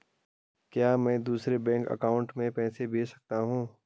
क्या मैं दूसरे बैंक अकाउंट में पैसे भेज सकता हूँ?